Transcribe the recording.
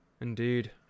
Indeed